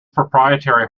proprietary